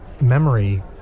memory